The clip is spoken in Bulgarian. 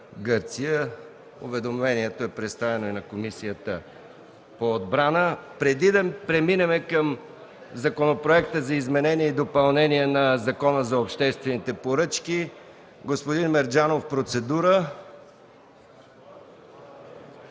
Уведомлението е представено и на Комисията по отбрана. Преди да преминем към Законопроекта за изменение и допълнение на Закона за обществените поръчки, господин Мерджанов – процедура.